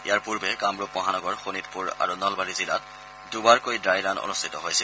ইয়াৰ পূৰ্বে কামৰূপ মহানগৰ শোণিতপুৰ আৰু নলবাৰী জিলাত দুবাৰকৈ ড্বাই ৰাণ অনুষ্ঠিত হৈছিল